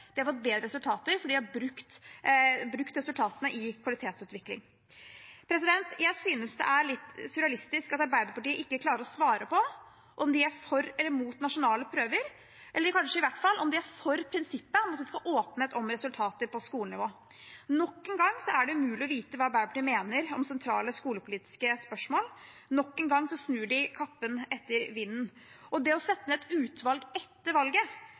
brukt resultatene i kvalitetsutvikling. Jeg synes det er litt surrealistisk at Arbeiderpartiet ikke klarer å svare på om de er for eller imot nasjonale prøver, eller i hvert fall om de er for prinsippet om at det skal være åpenhet om resultater på skolenivå. Nok en gang er det umulig å vite hva Arbeiderpartiet mener om sentrale skolepolitiske spørsmål, nok en gang snur de kappen etter vinden. Å sette ned et utvalg etter valget